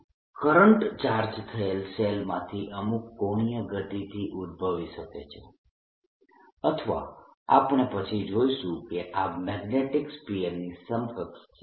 KKsinθ current charge થયેલ શેલમાંથી અમુક કોણીય ગતિથી ઉદભવી શકે છે અથવા આપણે પછી જોઈશું કે આ મેગ્નેટીક સ્ફીયરની સમકક્ષ છે